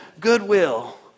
goodwill